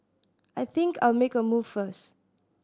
I think I'll make a move first